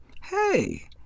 hey